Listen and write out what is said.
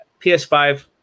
PS5